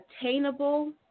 attainable